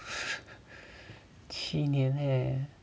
七年 leh